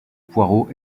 poirot